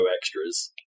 extras